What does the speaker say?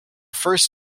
first